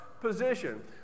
position